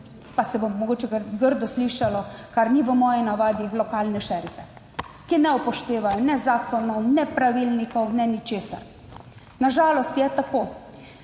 pa se bom mogoče grdo slišalo, kar ni v moji navadi, lokalne šerife, ki ne upoštevajo ne zakonov, ne pravilnikov, ne ničesar. Na žalost je tako.